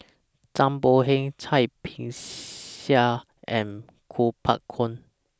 Zhang Bohe Cai Bixia and Kuo Pao Kun